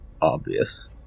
obvious